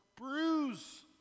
bruise